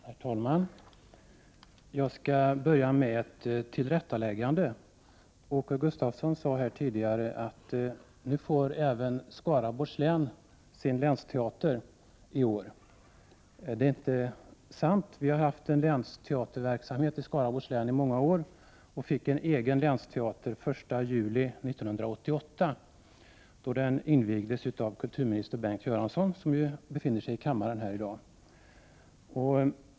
Herr talman! Jag skall börja med ett tillrättaläggande. Åke Gustavsson sade tidigare att även Skaraborgs län nu får sin länsteater. Det är inte sant. Vi har haft en länsteater i verksamhet i Skaraborgs län i många år. Vi fick en egen länsteater den 1 juli 1988. Den invigdes av kulturminister Bengt Göransson, som befinner sig i kammaren här i dag.